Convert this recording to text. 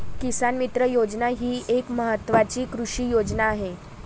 किसान मित्र योजना ही एक महत्वाची कृषी योजना आहे